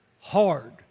hard